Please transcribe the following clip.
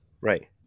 right